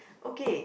okay